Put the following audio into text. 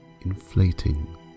inflating